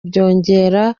byongera